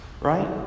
right